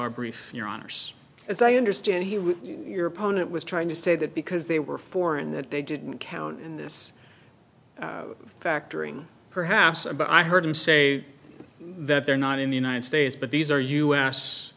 our brief your honour's as i understand he was your opponent was trying to say that because they were foreign that they didn't count in this factoring perhaps but i heard him say that they're not in the united states but these are u